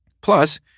Plus